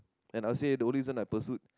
and I'll say the only reason I pursued